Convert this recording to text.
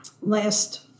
last